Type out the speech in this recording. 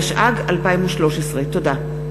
התשע"ג 2013. תודה.